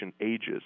ages